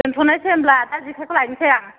दोनथ'नोसै होमब्ला दा जेखाइखौ लाइनिसै आं